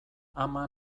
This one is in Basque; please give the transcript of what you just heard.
ama